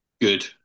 good